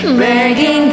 begging